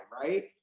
right